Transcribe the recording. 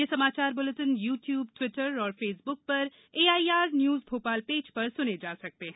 ये समाचार bulletin YouTube Twitter और फेसबुक पर एआईआर न्यूज भोपाल पेज पर सुने जा सकते हैं